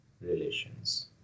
relations